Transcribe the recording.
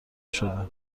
شده